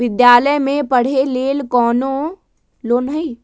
विद्यालय में पढ़े लेल कौनो लोन हई?